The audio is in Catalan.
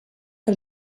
que